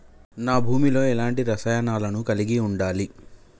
నా భూమి లో ఎలాంటి రసాయనాలను కలిగి ఉండాలి?